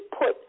put